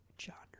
genre